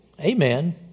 Amen